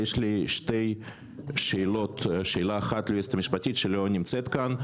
יש לי שתי שאלות כאשר שאלה אחת מופנית ליועצת המשפטית שלא נמצאת כאן.